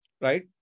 Right